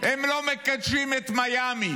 הם לא מקדשים את מיאמי,